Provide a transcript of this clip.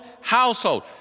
household